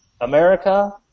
America